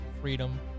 freedom